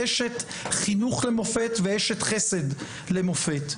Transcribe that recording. אשת חינוך למופת ואשת חסד למופת,